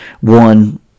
one